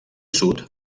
sud